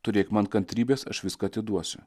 turėk man kantrybės aš viską atiduosiu